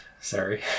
sorry